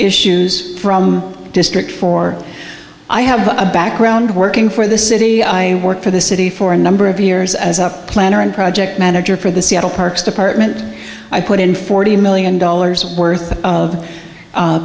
issues district for i have a background working for the city i work for the city for a number of years as a planner and project manager for the seattle parks department i put in forty million dollars worth of